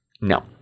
no